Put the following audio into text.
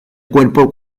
cuerpo